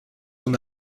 son